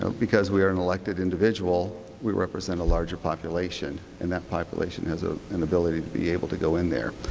so because we are an elected individual, we represent a larger population, and that population has ah an ability to be able to go in there.